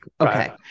Okay